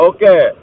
Okay